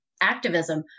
Activism